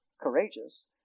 courageous